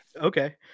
Okay